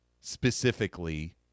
specifically